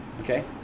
Okay